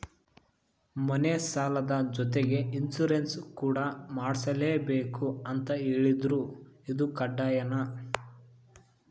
ಮನೆ ಸಾಲದ ಜೊತೆಗೆ ಇನ್ಸುರೆನ್ಸ್ ಕೂಡ ಮಾಡ್ಸಲೇಬೇಕು ಅಂತ ಹೇಳಿದ್ರು ಇದು ಕಡ್ಡಾಯನಾ?